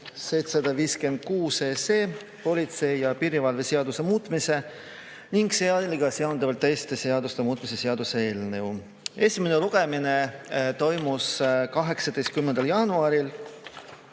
756, politsei ja piirivalve seaduse muutmise ning sellega seonduvalt teiste seaduste muutmise seaduse eelnõu esimene lugemine toimus 18. jaanuaril.